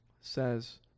says